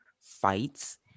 fights